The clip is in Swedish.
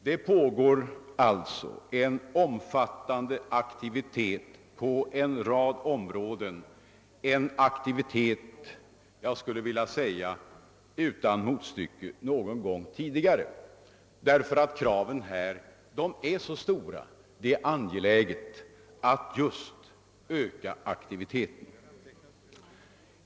Det pågår alltså en omfattande aktivitet på en rad områden, en aktivitet som jag vågar påstå saknar motstycke. Kraven är stora, och det är angeläget att öka aktiviteten.